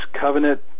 covenant